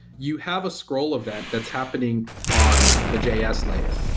you have a scroll event that's happening on the js layer.